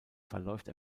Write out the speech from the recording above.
verläuft